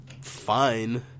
fine